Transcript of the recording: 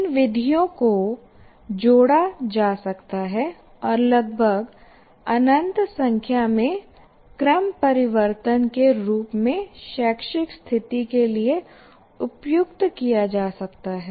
इन विधियों को जोड़ा जा सकता है और लगभग अनंत संख्या में क्रमपरिवर्तन के रूप में शैक्षिक स्थिति के लिए उपयुक्त किया जा सकता है